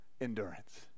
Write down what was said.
endurance